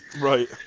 right